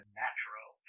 natural